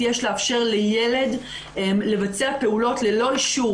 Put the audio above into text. יש לאפשר לילד לבצע פעולות ללא אישור